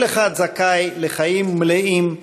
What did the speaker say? כל אחד זכאי לחיים מלאים,